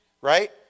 right